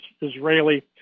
Israeli